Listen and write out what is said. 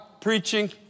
preaching